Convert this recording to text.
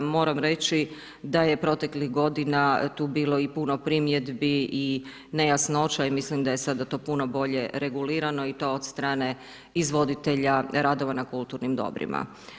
Moram reći da je proteklih g. tu bilo i puno primjedbi i nejasnoća i mislim da je sada to puno bolje regulirano i to od strane izvoditelja radova na kulturnim dobrima.